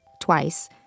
twice